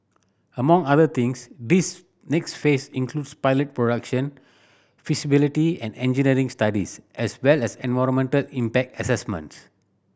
among other things this next phase includes pilot production feasibility and engineering studies as well as environmental impact assessments